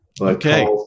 Okay